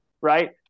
right